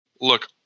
look